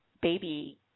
baby